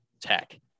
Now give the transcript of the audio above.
tech